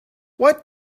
what